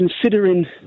considering